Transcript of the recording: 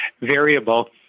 variable